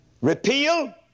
Repeal